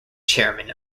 chairman